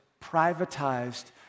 privatized